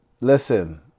Listen